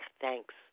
Thanks